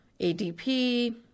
ADP